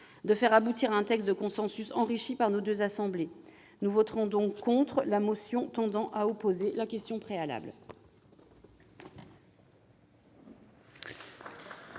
de faire aboutir un texte de consensus, enrichi par nos deux assemblées. Nous voterons donc contre la motion tendant à opposer la question préalable.